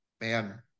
man